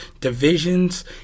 divisions